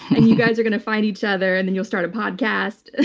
and you guys are going to find each other and then you'll start a podcast.